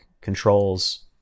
controls